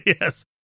Yes